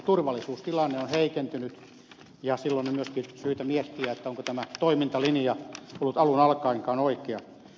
turvallisuustilanne on heikentynyt ja silloin on myöskin syytä miettiä onko tämä toimintalinja ollut alun alkaenkaan oikea